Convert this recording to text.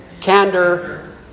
candor